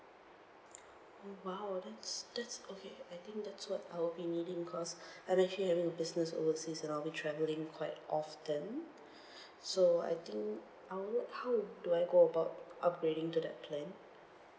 !wow! that's that's okay I think that's what I'll be needing cause I'm actually having business overseas and I'll be travelling quite often so I think I would how do I go about upgrading to that plan